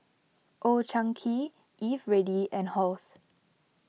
Old Chang Kee Eveready and Halls